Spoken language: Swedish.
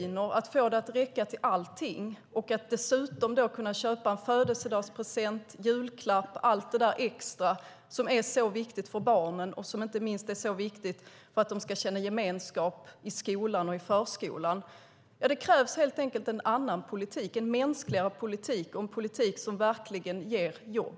De har svårt att få det att räcka till allting och dessutom till att kunna köpa en födelsedagspresent eller en julklapp - allt det där extra som är så viktigt för barnen och inte minst viktigt för att de ska känna gemenskap i skolan och förskolan. Det krävs helt enkelt en annan politik - en mänskligare politik och en politik som verkligen ger jobb.